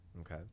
Okay